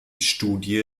studie